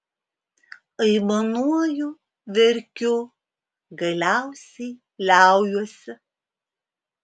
aimanuoju verkiu galiausiai liaujuosi